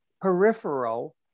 peripheral